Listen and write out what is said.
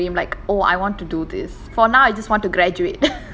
like I don't have like a solid dream like oh I want to do this for now I just want to graduate